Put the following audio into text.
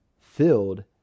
filled